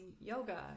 yoga